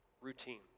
routine